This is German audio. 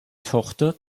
tochter